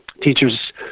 teachers